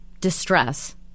distress